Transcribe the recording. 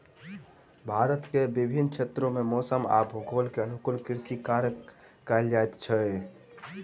भारत के विभिन्न क्षेत्र में मौसम आ भूगोल के अनुकूल कृषि कार्य कयल जाइत अछि